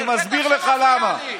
אני מסביר לך למה,